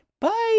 Bye